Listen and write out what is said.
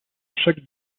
chaque